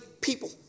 people